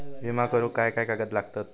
विमा करुक काय काय कागद लागतत?